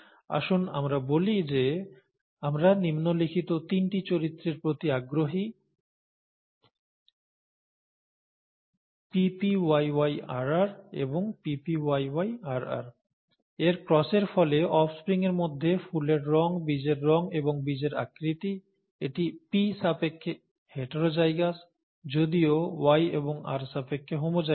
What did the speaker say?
আসুন আমরা বলি যে আমরা নিম্নলিখিত তিনটি চরিত্রের প্রতি আগ্রহী PpYyRr এবং Ppyyrr এর ক্রসের ফলে অফস্প্রিংয়ের মধ্যে ফুলের রঙ বীজের রঙ এবং বীজের আকৃতি এটি P সাপেক্ষে হেটারোজাইগাস যদিও Y এবং R সাপেক্ষে হোমোজাইগাস